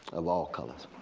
of all colors.